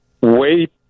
wait